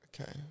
Okay